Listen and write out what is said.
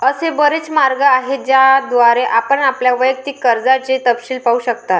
असे बरेच मार्ग आहेत ज्याद्वारे आपण आपल्या वैयक्तिक कर्जाचे तपशील पाहू शकता